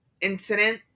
incident